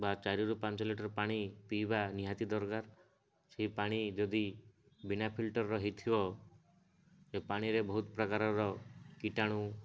ବା ଚାରିରୁ ପାଞ୍ଚ ଲିଟର ପାଣି ପିଇବା ନିହାତି ଦରକାର ସେଇ ପାଣି ଯଦି ବିନା ଫିଲ୍ଟରର ହୋଇଥିବ ସେ ପାଣିରେ ବହୁତ ପ୍ରକାରର କୀଟାଣୁ